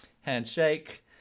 Handshake